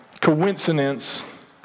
coincidence